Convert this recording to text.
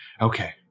okay